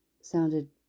sounded